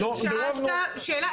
שאלת שאלה,